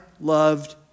loved